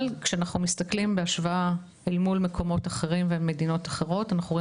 כשאנחנו מסתכלים בהשוואה אל מול מקומות אחרים ומדינות אחרות אנחנו רואים